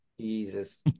Jesus